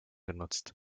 genutzt